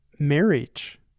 marriage